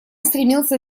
стремился